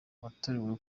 watorewe